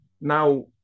Now